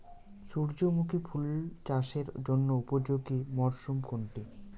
সূর্যমুখী ফুল চাষের জন্য উপযোগী মরসুম কোনটি?